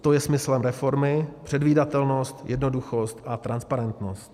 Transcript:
To je smyslem reformy předvídatelnost, jednoduchost a transparentnost.